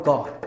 God